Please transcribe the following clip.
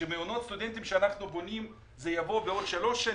מעונות סטודנטים שאנחנו בונים זה יבוא בעוד 3 שנים.